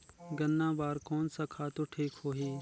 गन्ना बार कोन सा खातु ठीक होही?